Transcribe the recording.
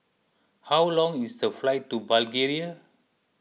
how long is the flight to Bulgaria